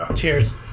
Cheers